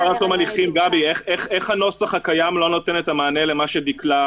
החלטות לגבי הגשת בקשות מעצר,